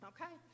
Okay